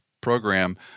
program